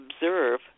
observe